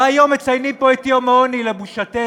והיום מציינים פה את יום העוני לבושתנו.